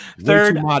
Third